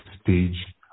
stage